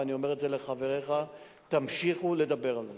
ואני אומר את זה לחבריך: תמשיכו לדבר על זה.